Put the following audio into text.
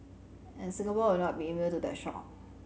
and Singapore will not be immune to that shock